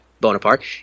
Bonaparte